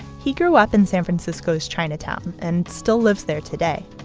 he grew up in san francisco's chinatown and still lives there today.